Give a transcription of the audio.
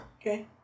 Okay